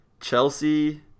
Chelsea